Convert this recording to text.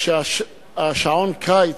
שעון הקיץ,